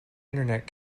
internet